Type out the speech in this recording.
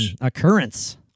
occurrence